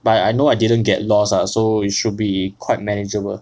but I know I didn't get lost ah so it should be quite manageable